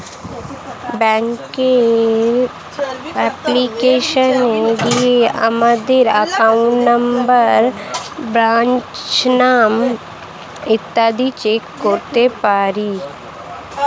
ব্যাঙ্কের অ্যাপ্লিকেশনে গিয়ে আমাদের অ্যাকাউন্ট নম্বর, ব্রাঞ্চের নাম ইত্যাদি চেক করতে পারি